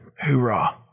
Hoorah